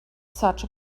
such